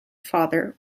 father